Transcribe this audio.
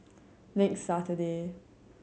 next Saturday